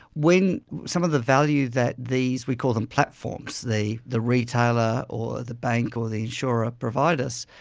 when some of the value that these, we call them platforms, the the retailer or the bank or the insurer provide us,